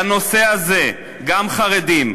בנושא הזה גם חרדים,